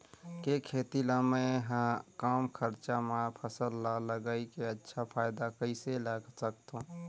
के खेती ला मै ह कम खरचा मा फसल ला लगई के अच्छा फायदा कइसे ला सकथव?